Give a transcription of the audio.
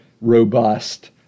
robust